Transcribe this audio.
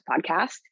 podcast